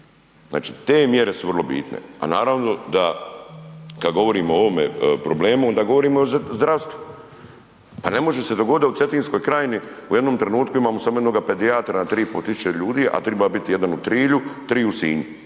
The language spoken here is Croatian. Znači te mjere su vrlo bitne, a naravno da kada govorimo o ovom problemu, onda govorimo o zdravstvu. Pa ne može se dogoditi da u Cetinjskoj krajini u jednom trenutku imamo samo jednoga pedijatra na 3 i pol tisuće ljudi, a treba biti jedan u Trilju, 3 u Sinju.